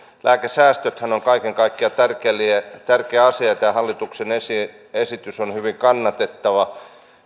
lääkesäästöthän ovat kaiken kaikkiaan tärkeä asia ja tämä hallituksen esitys esitys on hyvin kannatettava